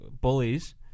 bullies